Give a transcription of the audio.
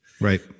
Right